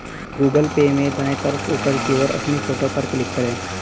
Google Pay में दाएं तरफ ऊपर की ओर अपनी फोटो पर क्लिक करें